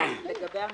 לגבי המידע,